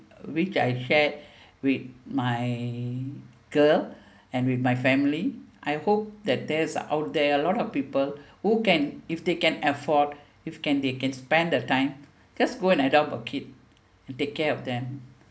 which I shared with my girl and with my family I hope that there's out there a lot of people who can if they can afford if can they can spend the time just go and adopt a kid and take care of them